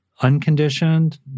unconditioned